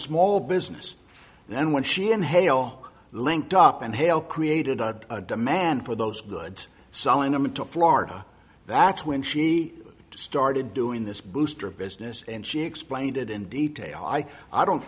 small business and when she inhale linked up and hale created a demand for those goods selling them into florida that's when she started doing this booster business and she explained it in detail i i don't